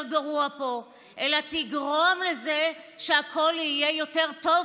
גרוע פה אלא תגרום לזה שהכול פה יהיה יותר טוב,